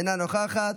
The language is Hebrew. אינה נוכחת,